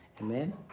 Amen